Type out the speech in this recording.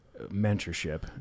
mentorship